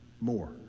more